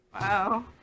Wow